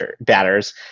batters